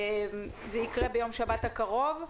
זה יקרה ביום שבת הקרוב.